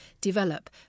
develop